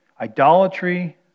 idolatry